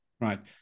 right